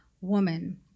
woman